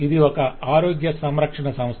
ఇది ఒక ఆరోగ్య సంరక్షణ సంస్థ